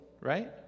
right